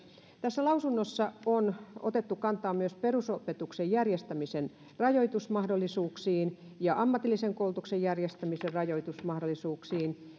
tässä lausunnossa on otettu kantaa myös perusopetuksen järjestämisen rajoitusmahdollisuuksiin ja ammatillisen koulutuksen järjestämisen rajoitusmahdollisuuksiin